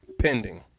Pending